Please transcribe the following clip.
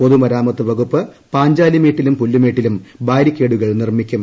പൊതുമരാമത്ത് വകുപ്പ് പാഞ്ചാലിമേട്ടിലും പുല്ലുമേട്ടിലും ബാരിക്കേഡുകൾ നിർമ്മിക്കും